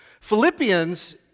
Philippians